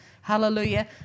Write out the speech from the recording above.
Hallelujah